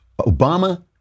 Obama